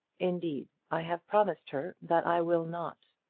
indeed i have promised her that i will not.